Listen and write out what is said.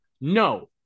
No